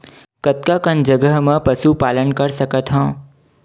कतका कन जगह म पशु पालन कर सकत हव?